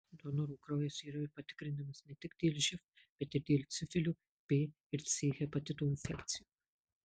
donorų kraujas yra patikrinamas ne tik dėl živ bet ir dėl sifilio b ir c hepatito infekcijų